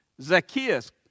Zacchaeus